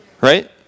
Right